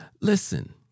listen